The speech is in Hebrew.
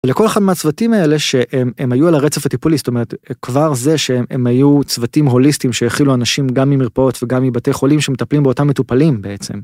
לכל אחד מהצוותים האלה שהם היו על הרצף הטיפולי, זאת אומרת, כבר זה שהם היו צוותים הוליסטיים שהכילו אנשים גם ממרפאות וגם מבתי חולים שמטפלים באותם מטופלים בעצם.